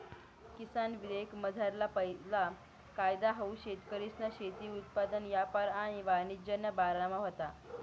किसान विधेयकमझारला पैला कायदा हाऊ शेतकरीसना शेती उत्पादन यापार आणि वाणिज्यना बारामा व्हता